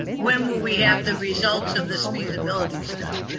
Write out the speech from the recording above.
when will we have the results of this feasibility study?